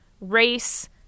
race